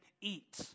eat